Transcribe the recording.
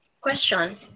question